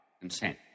consent